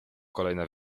kolejne